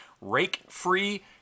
rake-free